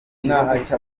cyafashe